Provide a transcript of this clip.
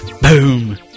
Boom